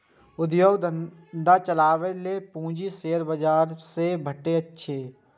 उद्योग धंधा चलाबै लेल पूंजी शेयर बाजार सं भेटै छै